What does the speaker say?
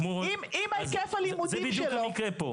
זה בדיוק המקרה פה.